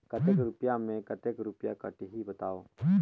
कतेक रुपिया मे कतेक रुपिया कटही बताव?